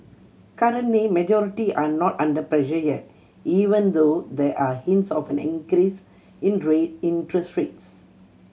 currently majority are not under pressure yet even though there are hints of an increase interest rates